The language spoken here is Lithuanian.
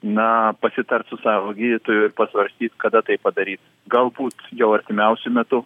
na pasitart su savo gydytoju ir pasvarstyt kada tai padaryt galbūt jau artimiausiu metu